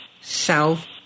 South